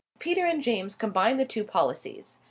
peter and james combined the two policies.